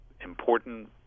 important